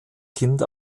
kind